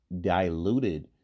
diluted